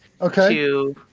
okay